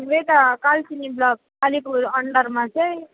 ए हाम्रो यता कालचिनी ब्लक आलिपुर अन्डरमा चाहिँ